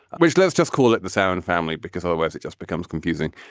which let's just call it the sound family, because otherwise it just becomes confusing.